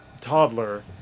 toddler